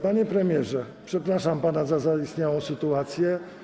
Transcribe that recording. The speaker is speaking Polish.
Panie premierze, przepraszam pana za zaistniałą sytuację.